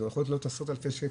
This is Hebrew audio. זה יכול לעלות עשרות אלפי שקלים,